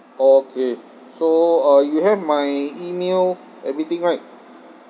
okay so uh you have my email everything right